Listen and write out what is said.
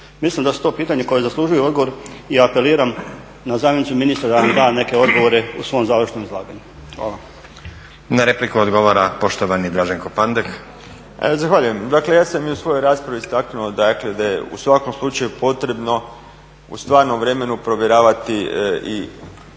Mislim da je to pitanje koje zaslužuje odgovor i apeliram na zamjenicu ministra da nam da neke odgovore u svom završnom izlaganju. Hvala. **Stazić, Nenad (SDP)** Na repliku odgovara poštovani Draženko Pandek. **Pandek, Draženko (SDP)** Zahvaljujem. Dakle ja sam i u svojoj raspravi istaknuo dakle da je u svakom slučaju potrebno u stvarnom vremenu provjeravati i